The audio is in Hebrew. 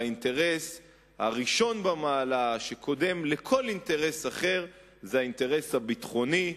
והאינטרס הראשון במעלה שקודם לכל אינטרס אחר הוא האינטרס הביטחוני,